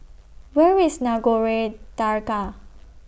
Where IS Nagore Dargah